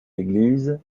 église